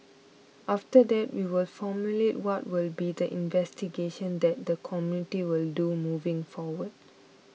after that we will formulate what will be the investigation that the committee will do moving forward